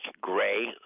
Gray